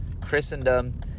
Christendom